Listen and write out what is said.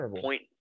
point